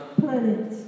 planet